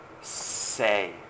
say